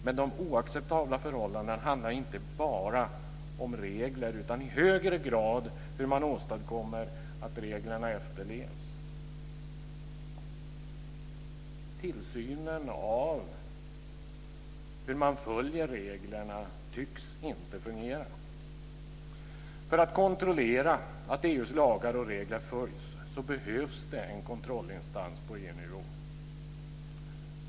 Men de oacceptabla förhållandena handlar inte bara om regler utan i högre grad om hur man åstadkommer att reglerna efterlevs. Tillsynen av hur man följer reglerna tycks inte fungera. För att kontrollera att EU:s lagar och regler följs behövs det en kontrollinstans på EU-nivå.